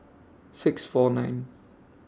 six four nine